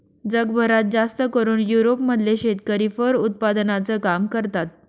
जगभरात जास्तकरून युरोप मधले शेतकरी फर उत्पादनाचं काम करतात